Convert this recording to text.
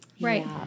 Right